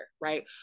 right